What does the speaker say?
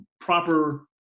proper